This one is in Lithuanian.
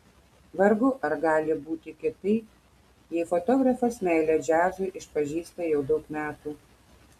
vargu ar gali būti kitaip jei fotografas meilę džiazui išpažįsta jau daug metų